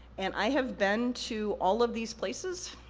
and i have been to all of these places,